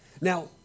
Now